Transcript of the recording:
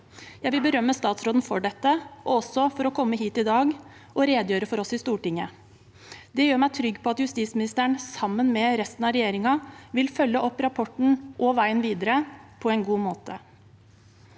Jeg vil berømme statsråden for dette, og også for å komme hit i dag og redegjøre for oss i Stortinget. Det gjør meg trygg på at justisministeren, sammen med resten av regjeringen, vil følge opp rapporten og veien videre på en god måte.